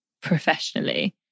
professionally